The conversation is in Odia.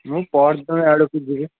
ମୁଁ ପଅରିଦିନ ଆଡ଼କୁ ଯିବି